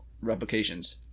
replications